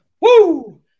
Woo